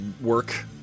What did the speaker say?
work